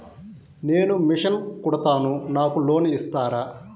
నేను మిషన్ కుడతాను నాకు లోన్ ఇస్తారా?